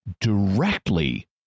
directly